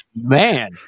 Man